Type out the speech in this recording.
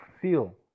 feel